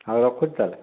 ହେଉ ରଖୁଛି ତାହେଲେ